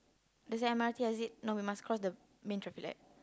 there's a m_r_t exit no we must cross the main traffic light